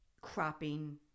cropping